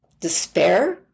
Despair